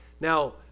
Now